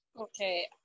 Okay